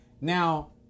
Now